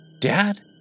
Dad